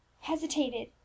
hesitated